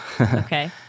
Okay